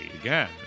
again